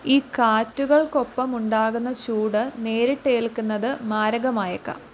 ഈ കാറ്റുകൾക്കൊപ്പം ഉണ്ടാകുന്ന ചൂട് നേരിട്ട് ഏൽക്കുന്നത് മാരകമായേക്കാം